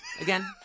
again